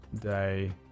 day